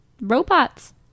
robots